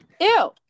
Ew